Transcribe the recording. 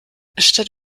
statt